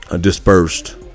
dispersed